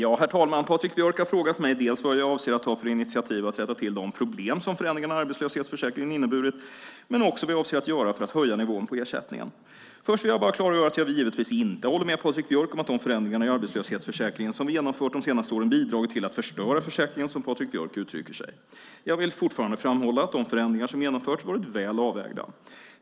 Herr talman! Patrik Björck har frågat mig dels vad jag avser att ta för initiativ för att rätta till de problem som förändringarna i arbetslöshetsförsäkringen inneburit, dels också vad jag avser att göra för att höja nivån på ersättningen. Först vill jag bara klargöra att jag givetvis inte håller med Patrik Björck om att de förändringar i arbetslöshetsförsäkringen som vi har genomfört de senaste åren har bidragit till att förstöra försäkringen, som Patrik Björck uttrycker sig. Jag vill fortfarande framhålla att de förändringar som genomförts har varit väl avvägda.